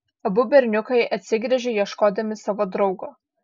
abu berniukai atsigręžė ieškodami savo draugo